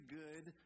good